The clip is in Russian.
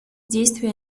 действий